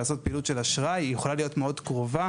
ולעשות פעילות של אשראי היא יכולה להיות מאוד קרובה,